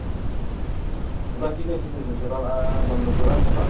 ल ठिकै छ त्यसो भने खेताला बन्दोबस्त गर न त ल